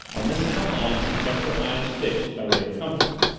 on this outline she kept her eyes fixed, by way of comfort,